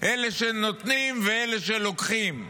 אלה שנותנים ואלה שלוקחים.